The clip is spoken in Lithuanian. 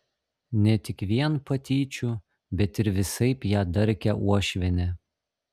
ne tik vien patyčių bet ir visaip ją darkė uošvienė